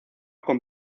con